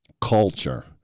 culture